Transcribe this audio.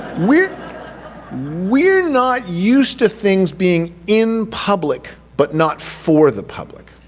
we're we're not used to things being in public, but not for the public.